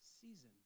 season